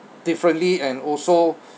differently and also